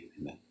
amen